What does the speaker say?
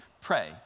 pray